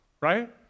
right